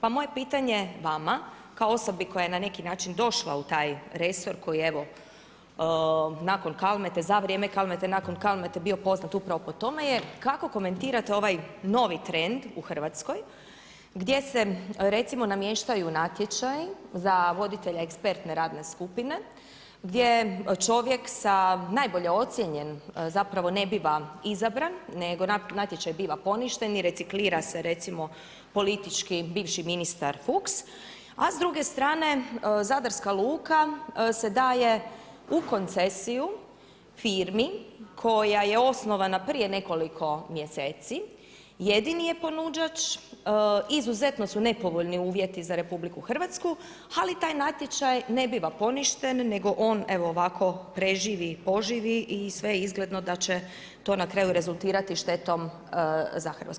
Pa moje pitanje vama, kao osobi koja je na neki način došla u taj resor koji evo, nakon Kalmete, za vrijeme Kalmene, nakon Kalmete bio poznat upravo po tome je, kako komentirate ovaj novi trend u Hrvatskoj gdje se recimo namještaju natječaji za voditelja ekspertne radne skupine gdje čovjek sa najbolje ocijenjen zapravo ne biva izabran, nego natječaj biva poništen i reciklira se recimo politički bivši ministar Fuks, a s druge strane Zadarska luka se daje u koncesiju firmi koja je osnovana prije nekoliko mjeseci, jedini je ponuđač, izuzetno su nepovoljni uvjeti za RH, ali taj natječaj ne biva poništen, nego on evo ovako preživi, poživi i sve je izgledno da će to na kraju rezultirati štetom za Hrvatsku.